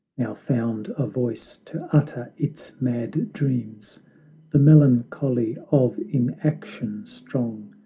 now found a voice to utter its mad dreams the melancholy of inaction, strong,